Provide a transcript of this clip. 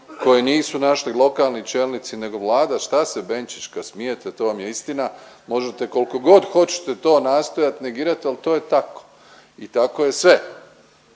koji nisu našli lokalni čelnici nego Vlada, šta se, Benčićka, smijete, to vam je istina, možete koliko god hoćete to nastojati negirati, ali to je tako i tako je sve.